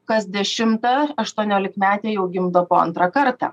kas dešimta aštuoniolikmetė jau gimdo po antrą kartą